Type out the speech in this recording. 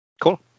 cool